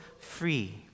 free